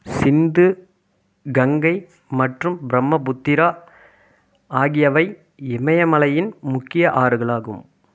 சிந்து கங்கை மற்றும் பிரம்மபுத்திரா ஆகியவை இமயமலையின் முக்கிய ஆறுகளாகும்